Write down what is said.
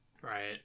Right